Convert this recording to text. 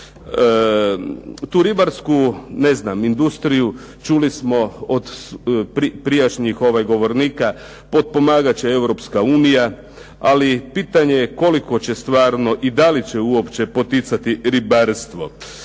Tu ribarsku, ne znam, industriju čuli smo od prijašnjih govornika, potpomagat će Europska unija, ali pitanje je koliko će stvarno i da li će uopće poticati ribarstvo.